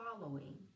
following